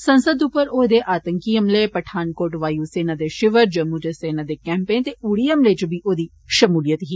संसद उप्पर होए दे आतंकी हमले पठानकोट वायू सेना दे षिवर जम्मू च सेना दे कैम्पें ते उड़ी हमले च बी ओदी षमूलियत ही